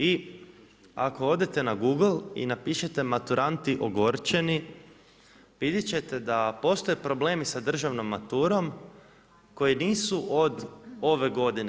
I ako odete na Google i napišete maturanti ogorčeni vidjeti ćete da postoje problemi sa državnom maturom koji nisu od ove godine.